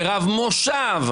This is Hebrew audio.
ורב מושב,